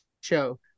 show